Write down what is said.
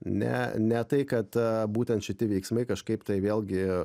ne ne tai kad būtent šitie veiksmai kažkaip tai vėlgi